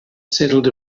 settled